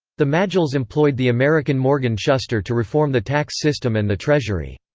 the majles employed the american morgan shuster to reform the tax system and the treasury.